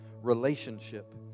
relationship